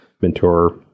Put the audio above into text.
mentor